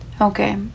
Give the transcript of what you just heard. Okay